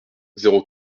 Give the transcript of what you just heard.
zéro